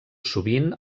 sovint